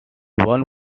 one